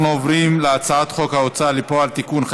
אנחנו עוברים להצבעה על הצעת חוק ההוצאה לפועל (תיקון,